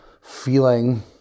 feeling